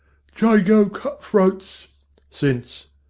jago cut-throats since.